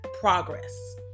progress